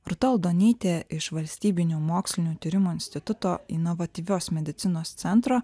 rūta aldonytė iš valstybinio mokslinių tyrimų instituto inovatyvios medicinos centro